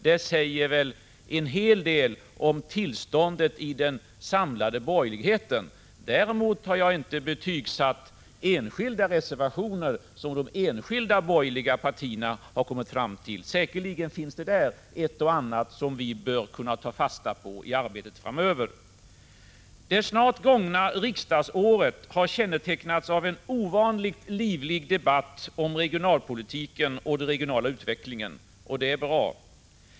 Det säger väl en hel del om tillståndet i den samlade borgerligheten. Därmed har jag inte betygsatt enskilda reservationer som de enskilda borgerliga partierna avgivit. Säkerligen finns det där ett och annat som vi bör kunna ta fasta på i arbetet framöver. Det snart gångna riksdagsåret har kännetecknats av en ovanligt livlig debatt om regionalpolitiken och den regionala utvecklingen, och det är bra.